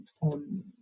on